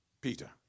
Peter